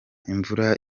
imvura